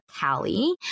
Callie